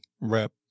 Rep